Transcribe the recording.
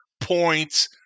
points